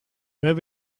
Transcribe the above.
have